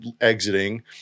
exiting